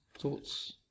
thoughts